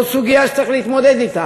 זו סוגיה שצריכים להתמודד אתה.